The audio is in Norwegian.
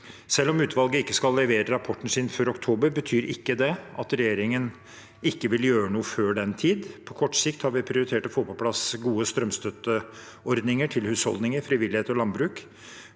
Selv om utvalget ikke skal levere rapporten sin før i oktober, betyr ikke det at regjeringen ikke vil gjøre noe før den tid. På kort sikt har vi prioritert å få på plass gode strømstøtteordninger til husholdninger, frivillighet og landbruk.